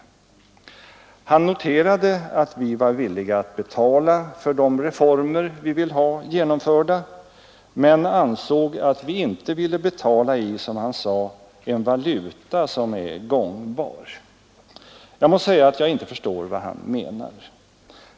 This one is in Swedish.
Han noterade att vi var villiga att betala för de reformer vi vill ha genomförda, men ansåg att vi inte ville betala i, som han sade, en valuta som är gångbar. Här förstår jag inte vad han menar.